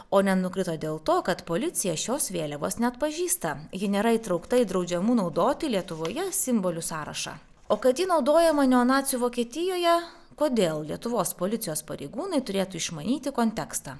o nenukrito dėl to kad policija šios vėliavos neatpažįsta ji nėra įtraukta į draudžiamų naudoti lietuvoje simbolių sąrašą o kad ji naudojama neonacių vokietijoje kodėl lietuvos policijos pareigūnai turėtų išmanyti kontekstą